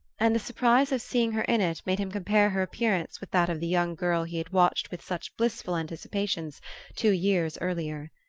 and the surprise of seeing her in it made him compare her appearance with that of the young girl he had watched with such blissful anticipations two years earlier.